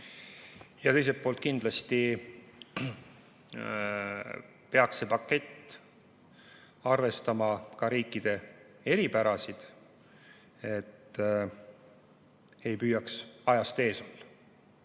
Ja teiselt poolt kindlasti peaks see pakett arvestama ka riikide eripärasid, et ei püüaks ajast ees